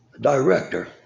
director